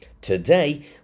Today